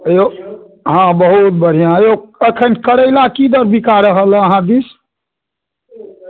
यौ हँ बहुत बढ़िआँ यौ अखन करेला की दर बिका रहल हँ अहाँ दिश